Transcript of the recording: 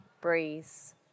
breeze